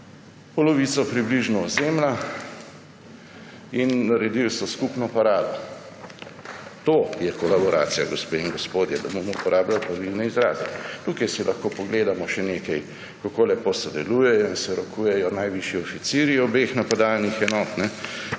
polovico ozemlja in naredili so skupno parado. To je kolaboracija, gospe in gospodje, da bomo uporabljali pravilne izraze. Tukaj si lahko pogledamo še nekaj – kako lepo sodelujejo in se rokujejo najvišji oficirji obeh napadalnih enot.